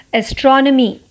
astronomy